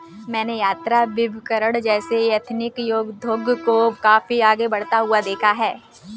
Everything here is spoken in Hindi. मैंने यात्राभिकरण जैसे एथनिक उद्योग को काफी आगे बढ़ता हुआ देखा है